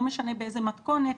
לא משנה באיזה מתכונת,